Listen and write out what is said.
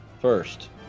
first